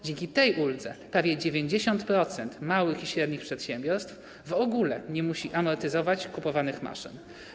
Dzięki tej uldze prawie 90% małych i średnich przedsiębiorstw w ogóle nie musi amortyzować kupowanych maszyn.